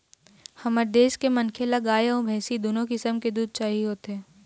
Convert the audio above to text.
हमर देश के मनखे ल गाय अउ भइसी दुनो किसम के दूद चाही होथे